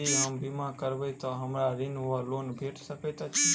यदि हम बीमा करबै तऽ हमरा ऋण वा लोन भेट सकैत अछि?